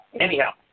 Anyhow